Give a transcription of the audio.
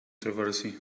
with